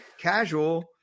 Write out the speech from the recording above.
casual